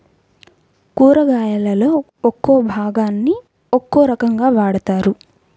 కూరగాయలలో ఒక్కో భాగాన్ని ఒక్కో రకంగా వాడతారు